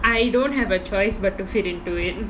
I don't have a choice but to fit into it